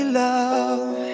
love